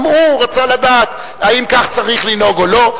גם הוא רצה לדעת האם כך צריך לנהוג או לא.